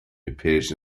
appears